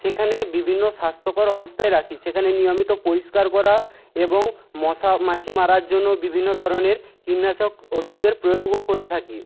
সেখানে বিভিন্ন স্বাস্থ্যকর অবস্থায় রাখি সেখানে নিয়মিত পরিষ্কার করা এবং মশা মাছি মারার জন্য বিভিন্ন ধরনের কীটনাশক ওষুধের প্রয়োগও করে থাকি